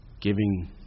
giving